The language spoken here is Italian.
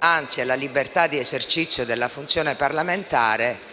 anzi alla libertà di esercizio della funzione parlamentare